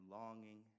longing